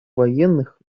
военных